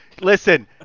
listen